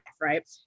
right